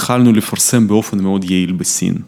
התחלנו לפרסם באופן מאוד יעיל בסין.